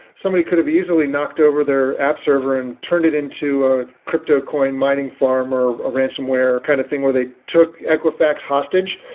somebody could have easily knocked over their app server and turned it into a crypto coin mining farm or a ransomware kind of thing where they took equifax hostage.